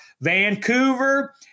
Vancouver